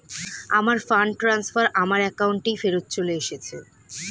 আমার fund transfer আমার অ্যাকাউন্টেই ফেরত চলে এসেছে